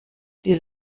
die